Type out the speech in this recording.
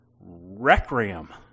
Requiem